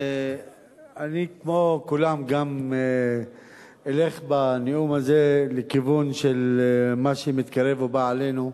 גם אני כמו כולם אלך בנאום הזה לכיוון של מה שמתקרב ובא עלינו,